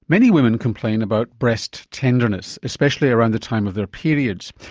many women complain about breast tenderness, especially around the time of their periods.